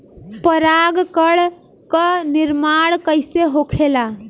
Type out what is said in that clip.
पराग कण क निर्माण कइसे होखेला?